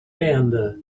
hand